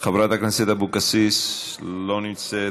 חברת הכנסת אבקסיס, אינה נוכחת,